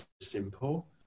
simple